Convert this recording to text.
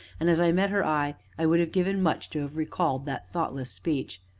and as i met her eye i would have given much to have recalled that thoughtless speech.